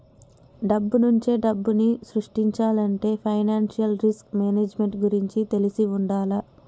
డబ్బునుంచే డబ్బుని సృష్టించాలంటే ఫైనాన్షియల్ రిస్క్ మేనేజ్మెంట్ గురించి తెలిసి వుండాల